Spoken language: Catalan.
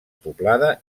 poblada